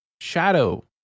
shadow